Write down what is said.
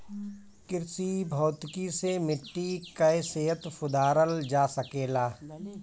कृषि भौतिकी से मिट्टी कअ सेहत सुधारल जा सकेला